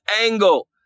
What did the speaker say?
angle